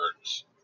words